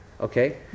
Okay